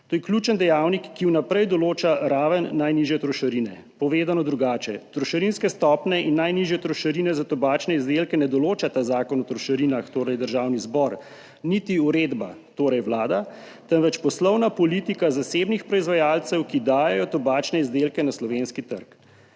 To je ključen dejavnik, ki vnaprej določa raven najnižje trošarine. Povedano drugače, trošarinske stopnje in najnižje trošarine za tobačne izdelke ne določa ta Zakon o trošarinah, torej Državni zbor, niti uredba, torej Vlada, temveč poslovna politika zasebnih proizvajalcev, ki dajejo tobačne izdelke na slovenski trg.